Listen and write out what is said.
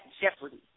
jeopardy